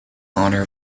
honor